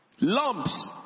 Lumps